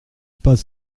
pas